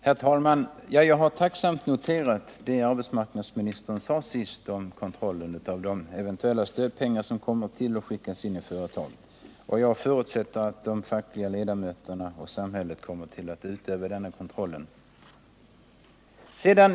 Herr talman! Jag har tacksamt noterat det som arbetsmarknadsministern nu sade om kontrollen av de eventuella stödpengar som kommer att skickas in i företagen, och jag förutsätter att de fackliga företrädarna och samhället kommer att utöva denna kontroll.